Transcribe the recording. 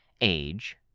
Age